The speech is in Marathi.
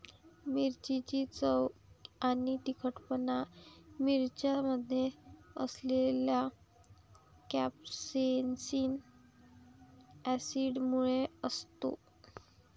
मिरचीची चव आणि तिखटपणा मिरच्यांमध्ये असलेल्या कॅप्सेसिन ऍसिडमुळे असतो